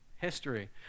history